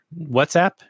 whatsapp